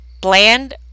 bland